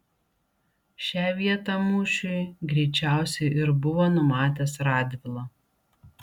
šią vietą mūšiui greičiausiai ir buvo numatęs radvila